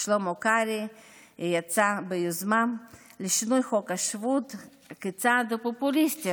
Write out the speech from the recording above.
שלמה קרעי יצא ביוזמה לשינוי חוק כצעד פופוליסטי